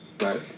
Right